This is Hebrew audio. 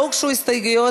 לא הוגשו הסתייגויות,